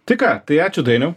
tai ką tai ačiū dainiau